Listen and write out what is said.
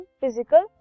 Physical